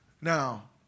Now